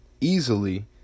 easily